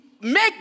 make